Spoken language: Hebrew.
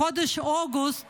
בחודש אוגוסט